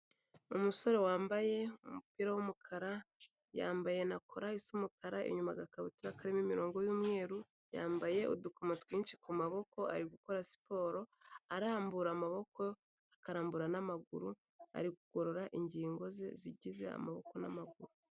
Umusore wambaye umupira w'umukara yambaye na kora isa umukara, inyuma agakabutura karimo imirongo y'umweru, yambaye udukomo twinshi ku maboko ari gukora siporo, arambura amaboko, akarambura n'amaguru, ari kugorora ingingo ze zigize amaboko n'amaguru.